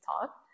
talk